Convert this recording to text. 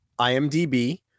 imdb